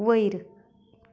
वयर